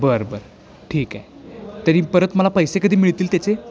बरं बरं ठीक आहे तरी परत मला पैसे कधी मिळतील त्याचे